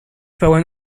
pełen